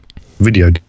video